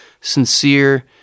sincere